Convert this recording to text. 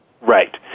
Right